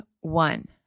one